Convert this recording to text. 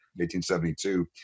1872